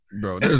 Bro